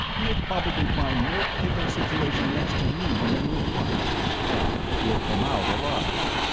you'll probably find more pickled situations next to me than you'll want and you'll come out alive.